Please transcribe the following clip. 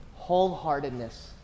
Wholeheartedness